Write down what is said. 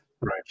Right